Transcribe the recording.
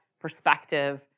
perspective